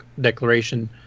declaration